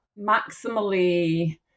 maximally